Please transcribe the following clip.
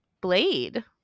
Blade